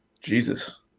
jesus